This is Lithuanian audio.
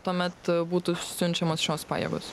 tuomet būtų siunčiamos šios pajėgos